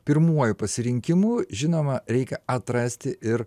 pirmuoju pasirinkimu žinoma reikia atrasti ir